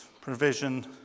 provision